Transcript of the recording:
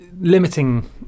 limiting